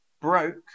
broke